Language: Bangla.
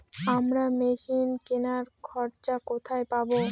আমরা মেশিন কেনার খরচা কোথায় পাবো?